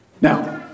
Now